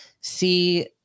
see